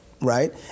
Right